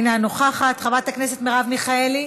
אינה נוכחת, חברת הכנסת מרב מיכאלי,